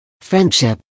Friendship